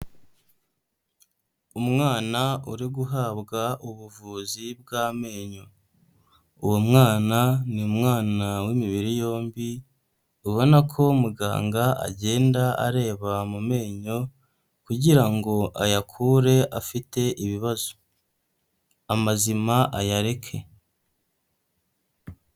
Umwana uri guhabwa ubuvuzi bw'amenyo, uwo mwana ni umwana w'imibiri yombi, ubona ko muganga agenda areba mu menyo kugira ngo ayakure afite ibibazo, amazima ayareke.